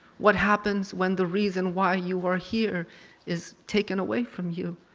what happens when the reason why you are here is taken away from you?